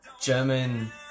German